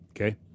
Okay